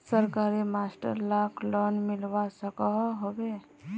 सरकारी मास्टर लाक लोन मिलवा सकोहो होबे?